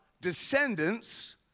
descendants